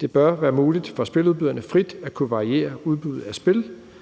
Det bør være muligt for spiludbyderne frit at kunne variere udbuddet af spil,